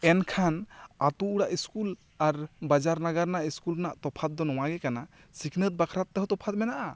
ᱮᱱᱠᱷᱟᱱ ᱟᱛᱳ ᱚᱲᱟᱜ ᱤᱥᱠᱩᱞ ᱟᱨ ᱵᱟᱡᱟᱨ ᱱᱟᱜᱟᱨ ᱨᱮᱱᱟᱜ ᱤᱥᱠᱩᱞ ᱨᱮᱱᱟᱜ ᱛᱚᱯᱷᱟᱫ ᱫᱚ ᱱᱚᱣᱟ ᱜᱮ ᱠᱟᱱᱟ ᱥᱤᱠᱷᱱᱟᱹᱛ ᱵᱟᱠᱷᱨᱟ ᱛᱮᱦᱚᱸ ᱛᱚᱯᱷᱟᱫ ᱢᱮᱱᱟᱜᱼᱟ